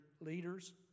leaders